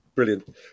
Brilliant